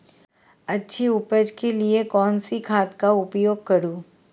अच्छी उपज के लिए कौनसी खाद का उपयोग करूं?